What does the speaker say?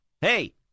Hey